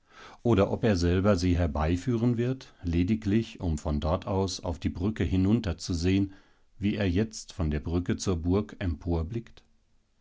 oder ob er selber sie herbeiführen wird lediglich um von dort aus auf die brücke hinunter zu sehen wie er jetzt von der brücke zur burg